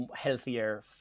healthier